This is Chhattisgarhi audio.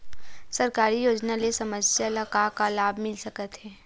सरकारी योजना ले समस्या ल का का लाभ मिल सकते?